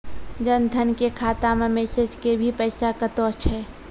जन धन के खाता मैं मैसेज के भी पैसा कतो छ?